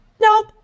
nope